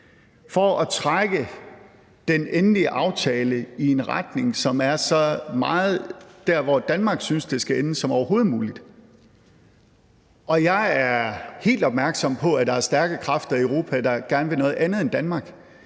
for at trække den endelige aftale i en retning, som er så meget dér, hvor Danmark synes det skal ende, som overhovedet muligt. Jeg er helt opmærksom på, at der er stærke kræfter i Europa, der gerne vil noget andet end Danmark,